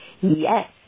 Yes